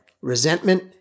resentment